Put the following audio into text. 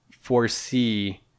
foresee